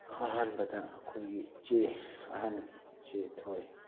ꯑꯍꯥꯟꯕꯗ ꯑꯩꯈꯣꯏꯒꯤ ꯏꯆꯦ ꯑꯍꯟꯁꯤ ꯊꯣꯏ